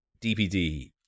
DPD